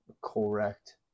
Correct